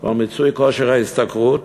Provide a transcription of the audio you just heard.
או מיצוי כושר ההשתכרות,